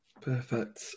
perfect